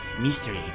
mystery